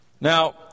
Now